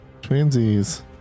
Twinsies